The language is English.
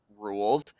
rules